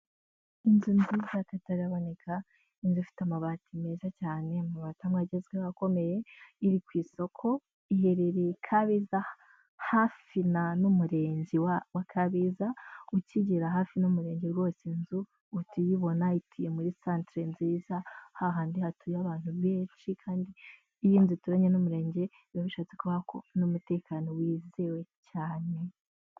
Inzu nziza y'akataraboneka, inzu ifite amabati meza cyane, amabati amwe agezweho akomeye, iri ku isoko, iherereye Kabeza hafi na n'umurenge wa Kabeza, ukigera hafi n'umurenge rwose inzu uhita uyibona. Ituye muri santere nziza, hahandi hatuye abantu benshi kandi iyo inzu ituranye n'umurenge biba bishatse kuvuga ko n'umutekano wizewe cyane.